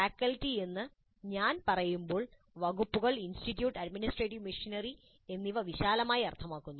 faculty എന്ന് ഞാൻ പറയുമ്പോൾ വകുപ്പുകൾ ഇൻസ്റ്റിറ്റ്യൂട്ട് അഡ്മിനിസ്ട്രേറ്റീവ് മിഷനറി എന്നിവ വിശാലമായി അർത്ഥമാക്കുന്നു